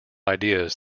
ideas